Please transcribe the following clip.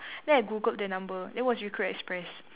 then I Googled the number it was recruit express